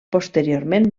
posteriorment